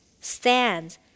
Stand